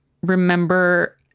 remember